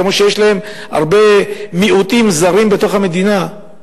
כמו שיש להם הרבה מיעוטים זרים בתוך המדינה.